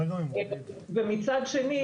ומצד שני,